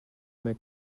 make